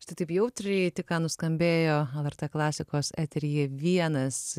štai taip jautriai tik ką nuskambėjo lrt klasikos eteryje vienas